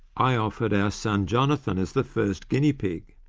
i offered our son jonathan as the first guinea pig.